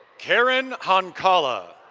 karen honcola.